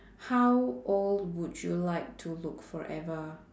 how old would you like to look forever